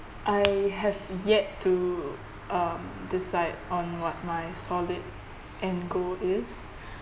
I have yet to um decide on what my solid end goal is